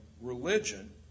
religion